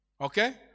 okay